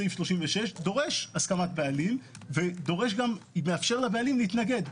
סעיף 36 דורש הסכמת בעלים ודורש גם לאפשר לבעלים להתנגד.